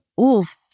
oof